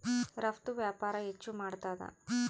ರಫ್ತು ವ್ಯಾಪಾರ ಹೆಚ್ಚು ಮಾಡ್ತಾದ